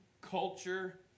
Culture